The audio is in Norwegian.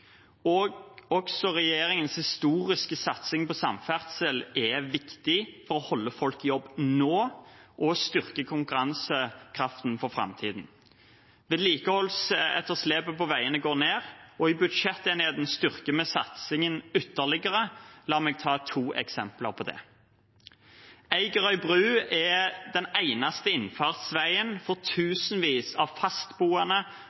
Også regjeringens historiske satsing på samferdsel er viktig for å holde folk i jobb nå og styrke konkurransekraften for framtiden. Vedlikeholdsetterslepet på veiene går ned, og i budsjettenigheten styrker vi satsingen ytterligere. La meg ta to eksempler på det. Eigerøy bru er den eneste innfartsveien for